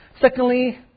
Secondly